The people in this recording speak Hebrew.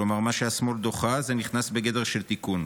כלומר, מה שהשמאל דוחה זה נכנס בגדר של תיקון.